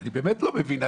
אני באמת לא מבין.